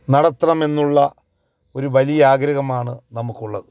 നടത്തണമെന്നുള്ള ഒരു വലിയ ആഗ്രഹമാണ് നമുക്കുള്ളത്